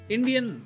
Indian